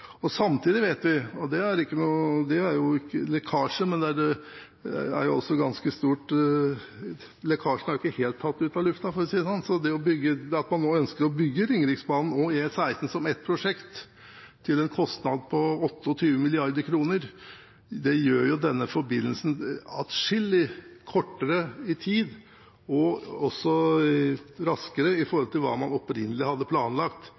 ikke fått. Nå kommer prosjektet. Samtidig vet vi – og den lekkasjen er jo ikke helt tatt ut av lufta, for å si det sånn, og det at man nå ønsker å bygge Ringeriksbanen og E16 som ett prosjekt, til en kostnad av 28 mrd. kr, gjør at denne forbindelsen blir atskillig kortere – i tid – og også raskere enn hva man opprinnelig hadde planlagt